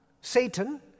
Satan